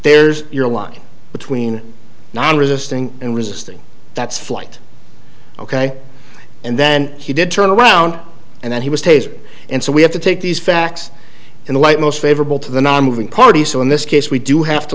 there's your line between not resisting and resisting that's flight ok and then he did turn around and then he was tasered and so we have to take these facts in the light most favorable to the now moving party so in this case we do have to